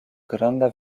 granda